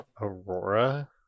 Aurora